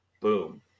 boom